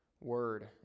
word